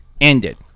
ended